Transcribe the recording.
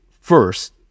first